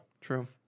True